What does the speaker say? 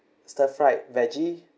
stir fried veggie